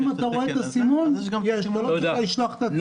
אם אתה רואה את הסימון אתה לא צריך לשלוח תצהיר.